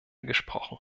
gesprochen